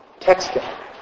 texting